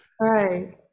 Right